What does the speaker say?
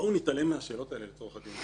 בואו נתעלם מהשאלות האלה לצורך הדיון.